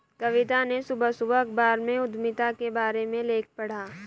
कविता ने सुबह सुबह अखबार में उधमिता के बारे में लेख पढ़ा